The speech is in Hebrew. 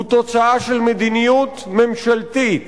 הוא תוצאה של מדיניות ממשלתית.